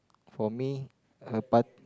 for me a party